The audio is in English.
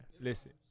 Listen